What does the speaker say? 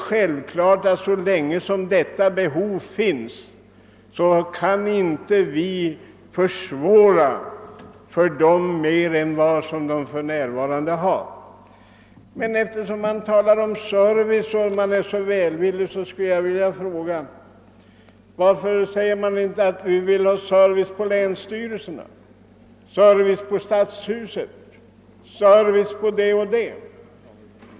Så länge som detta behov finns kan vi naturligtvis inte göra det svårare för dessa mindre butiker än vad de för närvarande har. Herr Romanus talar alltså mycket välvilligt om service. Men varför kräver ingen att det skall vara service på länsstyrelserna, service i stadshuset o.s.v.?